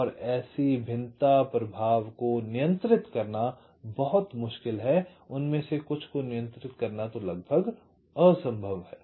और ऐसे भिन्नता प्रभाव को नियंत्रित करना बहुत मुश्किल है उनमें से कुछ को नियंत्रित करना लगभग असंभव है